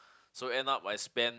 so end up I spend